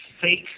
fake